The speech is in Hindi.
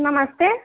नमस्ते